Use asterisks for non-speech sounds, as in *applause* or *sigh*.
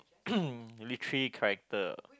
*noise* literary character